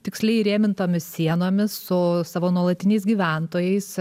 tiksliai įrėmintomis sienomis su savo nuolatiniais gyventojais